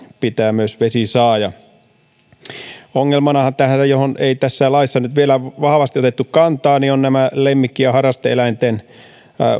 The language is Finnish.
pitää myös vesi saada ongelmanahan johon ei tässä laissa nyt vielä vahvasti otettu kantaa ovat nämä lemmikki ja harraste eläinten